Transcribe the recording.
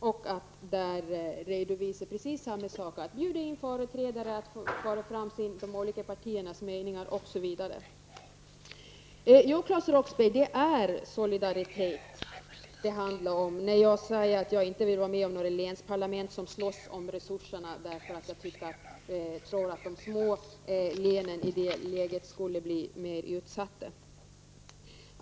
Man kan t.ex inbjuda företrädare för olika partier som kan föra fram sitt partis syn. Jo, Claes Roxbergh, det handlar om solidaritet när jag säger att jag inte vill vara med om några länsparlament som slåss om resurserna. Jag tror nämligen att de små länen skulle bli mera utsatta i ett sådant läge.